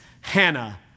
Hannah